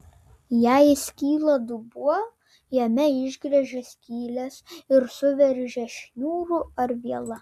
jei įskyla dubuo jame išgręžia skyles ir suveržia šniūru ar viela